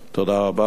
תודה רבה.